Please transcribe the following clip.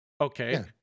Okay